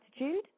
attitude